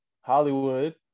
hollywood